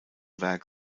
werk